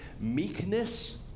meekness